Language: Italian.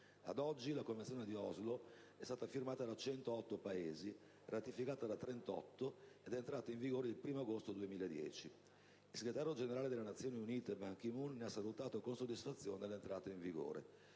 Ad oggi, la Convenzione di Oslo, è stata firmata da 108 Paesi, ratificata da 38, ed è entrata in vigore il 1° agosto 2010. Il segretario generale delle Nazioni Unite Ban Ki-moon ne ha salutato con soddisfazione l'entrata in vigore.